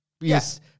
Yes